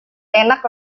enak